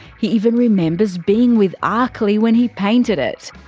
he even remembers being with arkley when he painted it.